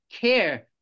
care